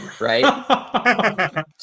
right